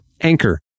Anchor